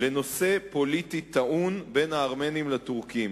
לנושא פוליטי טעון בין הארמנים לטורקים,